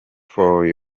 for